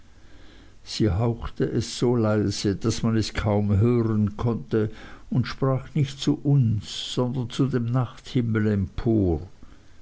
sie hauchte es so leise daß man es kaum hören konnte und sprach nicht zu uns sondern zu dem nachthimmel empor